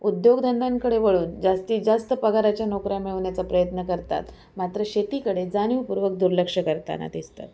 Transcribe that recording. उद्योगधंद्यांकडे वळून जास्तीत जास्त पगाराच्या नोकऱ्या मिळवण्याचा प्रयत्न करतात मात्र शेतीकडे जाणीवपूर्वक दुर्लक्ष करताना दिसतात